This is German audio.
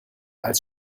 als